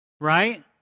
right